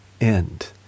end